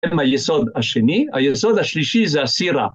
‫הם היסוד השני, היסוד השלישי זה הסירה.